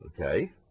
okay